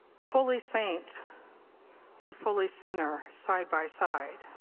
fully saint and fully sinner, side by side.